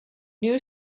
new